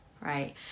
right